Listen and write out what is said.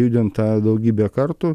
judinta daugybę kartų